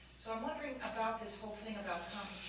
so, i'm wondering about this whole thing about